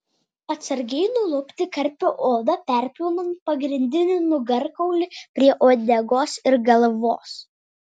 atsargiai nulupti karpio odą perpjaunant pagrindinį nugarkaulį prie uodegos ir galvos